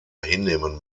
hinnehmen